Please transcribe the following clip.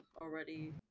already